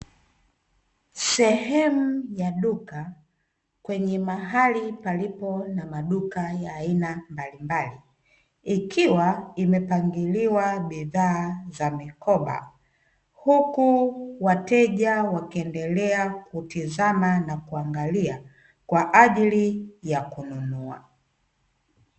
Sehemu ya duka kwenye mahali palipo na maduka ya aina mbalimbali ikiwa imepangiliwa bidhaa za mikoba, huku wateja wakiendelea kutizama na kuangalia kwa ajili ya kununua.